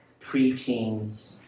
preteens